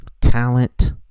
Talent